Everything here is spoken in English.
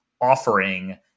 offering